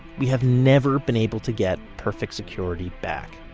we have never been able to get perfect security back